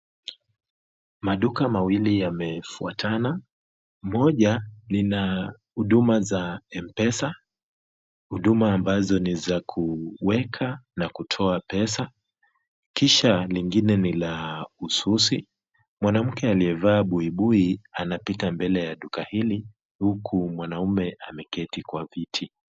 Maduka mawili yamefuatana. Moja lina huduma za M-Pesa, huduma ambazo ni za kuweka na kutoa pesa kisha lingine ni la ususi. Mwanamke aliyevaa bui bui anapita mbele ya duka hili huku mwanaume ameketi kwa viti.